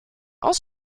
aus